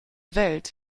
welt